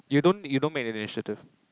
you don't you don't make the initiative